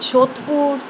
Sodepur